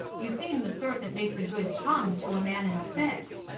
you seem the sort that makes a good chum to a man in a fix.